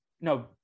no